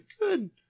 good